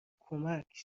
کمک